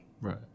Right